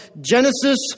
Genesis